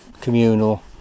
communal